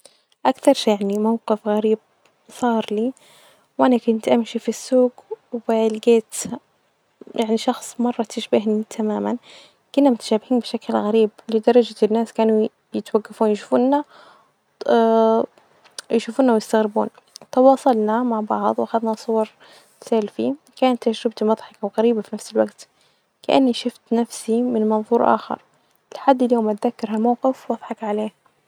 أكثر شئ يعني موقف غريب صار لي وأنا كنت أمشي في السوق ولجيت شخص مرة تشبهني تماما، كنا متشابهين بشكل غريب لدرجة الناس كانوا يتوجفون يشوفونا يشوفونا تواصلنا مع بعض وخدنا صور سلفي كانت الشبهه واظحة وغريبة في نفس الوجت كأني شفت نفسي من منظور آخر، لحد اليوم أتذكر ها الموقف وأظحك علية.